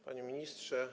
Panie Ministrze!